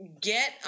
get